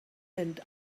and